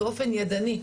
באופן ידני.